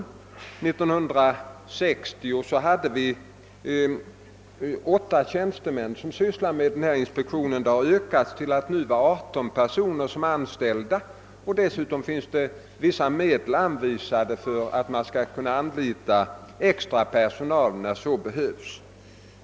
År 1960 hade vi 8 tjänstemän som sysslade med denna inspektion. Antalet har nu ökat till 18 personer. Dessutom finns vissa medel anvisade för anlitande av extra personal när så behövs.